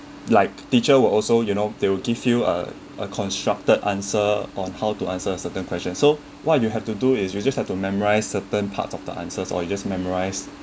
like teacher will also you know they will give you uh a constructed answer on how to answer certain question so what you have to do is you just have to memorise certain parts of the answers or you just memorized